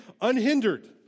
Unhindered